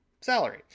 salary